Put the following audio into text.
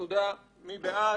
מי בעד?